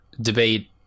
debate